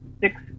six